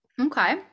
Okay